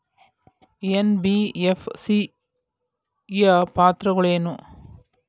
NBFC ಯ ಪಾತ್ರಗಳೇನು?